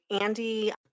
Andy